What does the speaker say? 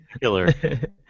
killer